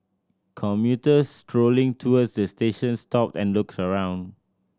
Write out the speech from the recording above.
commuters strolling towards the station stopped and looked around